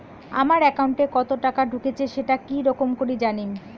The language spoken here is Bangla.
আমার একাউন্টে কতো টাকা ঢুকেছে সেটা কি রকম করি জানিম?